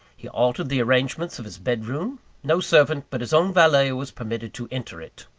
he altered the arrangements of his bed-room no servant but his own valet was permitted to enter it.